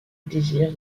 désir